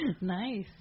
Nice